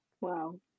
wow